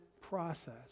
process